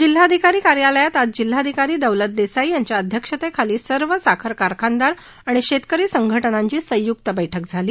जिल्हाधिकारी कार्यालयात आज जिल्हाधिकारी दौलत देसाई यांच्या अध्यक्षतेखाली सर्व साखर कारखानदार आणि शेतकरी संघ नांची संयुक्त बैठक झाली